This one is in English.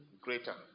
greater